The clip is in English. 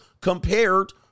compared